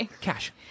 Cash